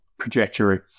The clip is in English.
trajectory